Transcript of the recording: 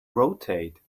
rotate